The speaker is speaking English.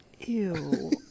Ew